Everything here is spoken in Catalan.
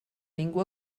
ningú